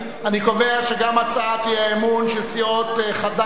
אני קובע שגם הצעת האי-אמון של סיעות חד"ש,